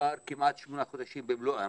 כבר כמעט שמונה חודשים במלואם